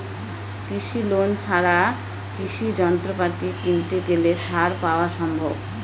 কৃষি লোন ছাড়া কৃষি যন্ত্রপাতি কিনতে গেলে ছাড় পাওয়া সম্ভব?